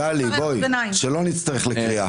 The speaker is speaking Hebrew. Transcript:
שלא נצטרך לקריאה.